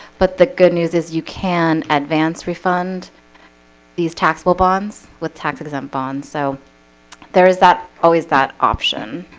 but the good news is you can advance refund these taxable bonds with tax-exempt bonds. so there is that always that option